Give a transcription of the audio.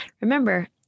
Remember